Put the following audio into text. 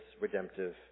redemptive